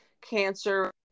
cancer